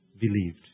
Believed